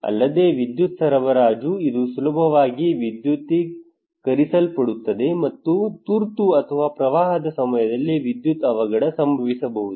ಅಲ್ಲದೆ ವಿದ್ಯುತ್ ಸರಬರಾಜು ಇದು ಸುಲಭವಾಗಿ ವಿದ್ಯುದ್ದೀಕರಿಸಲ್ಪಡುತ್ತದೆ ಮತ್ತು ತುರ್ತು ಅಥವಾ ಪ್ರವಾಹದ ಸಮಯದಲ್ಲಿ ವಿದ್ಯುತ್ ಅವಗಡ ಸಂಭವಿಸಬಹುದು